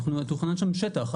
תוכנן שם שטח.